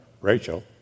Rachel